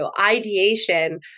ideation